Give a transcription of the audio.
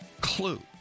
clue